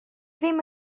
ddim